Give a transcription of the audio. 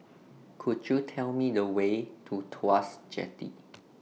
Could YOU Tell Me The Way to Tuas Jetty